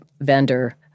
vendor